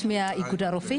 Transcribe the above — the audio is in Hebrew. מנהלת אגף בכיר קשרי חוץ,